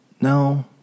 no